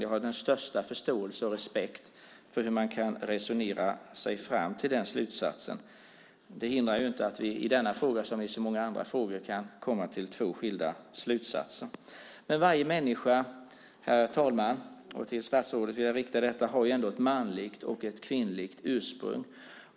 Jag har den största förståelse och respekt för hur man kan resonera sig fram till den slutsats man drar. Det hindrar inte att vi i denna fråga som i så många andra frågor kan komma till två skilda slutsatser. Men varje människa, herr talman och fru statsråd, har ändå ett manligt och ett kvinnligt ursprung.